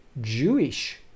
Jewish